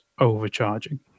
overcharging